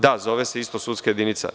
Da, zove se isto sudska jedinica.